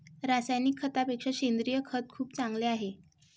रासायनिक खतापेक्षा सेंद्रिय खत खूप चांगले आहे